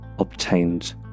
obtained